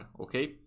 okay